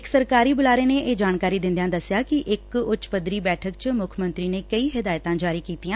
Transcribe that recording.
ਇਕ ਸਰਕਾਰੀ ਬੁਲਾਰੇ ਨੇ ਇਹ ਜਾਣਕਾਰੀ ਦਿੰਦਿਆਂ ਦਸਿਆ ਕਿ ਇਕ ਉੱਚ ਪੱਧਰੀ ਬੈਠਕ ਚ ਮੁੱਖ ਮੰਤਰੀ ਨੇ ਕਈ ਹਿਦਾਇਤਾਂ ਜਾਰੀ ਕੀਤੀਆਂ